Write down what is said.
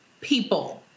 people